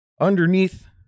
underneath